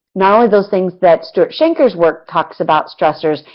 not only those things that stuart shanker's work talks about stressors,